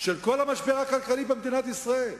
של כל המשבר הכלכלי במדינת ישראל.